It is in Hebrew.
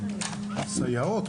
סייעות,